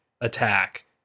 attack